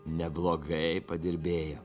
neblogai padirbėjo